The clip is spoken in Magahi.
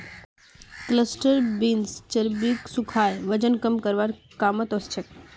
क्लस्टर बींस चर्बीक सुखाए वजन कम करवार कामत ओसछेक